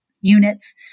units